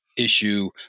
Issue